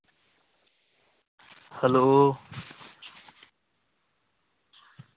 hello